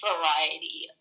variety